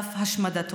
אף עד השמדתו,